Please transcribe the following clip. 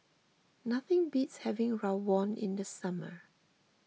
nothing beats having Rawon in the summer